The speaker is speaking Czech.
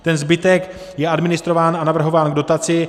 Ten zbytek je administrován a navrhován k dotaci.